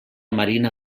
marina